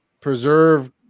preserve